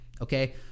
okay